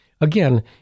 Again